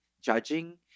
judging